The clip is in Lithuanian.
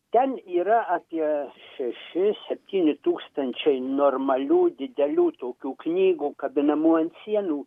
ten yra apie šeši septyni tūkstančiai normalių didelių tokių knygų kabinamų ant sienų